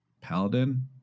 paladin